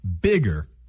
bigger